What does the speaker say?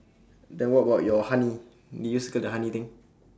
then what about your honey did you circle the honey thing